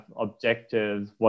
objectives